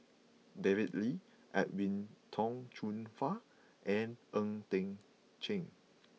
David Lee Edwin Tong Chun Fai and Ng Eng Teng